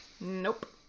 Nope